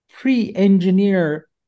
pre-engineer